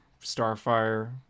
starfire